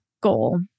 goal